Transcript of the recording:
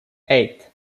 eight